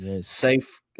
safe